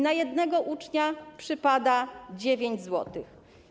Na jednego ucznia przypada 9 zł.